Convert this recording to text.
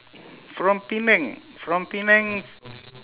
from penang from penang